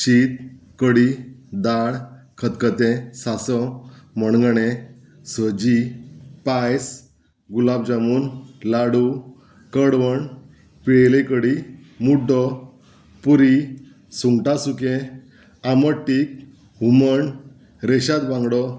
शीत कडी दाळ खतखतें सांसव मणगणें सजी पायस गुलाब जामून लाडू कडवण पियळेली कडी मुड्डो पुरी सुंगटां सुकें आमट तीक हुमण रेशाद बांगडो